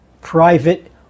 Private